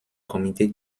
comité